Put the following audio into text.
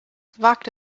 wagte